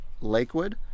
Lakewood